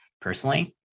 personally